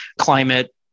climate